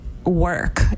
Work